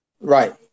Right